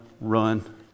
run